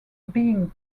being